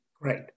Great